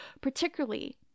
particularly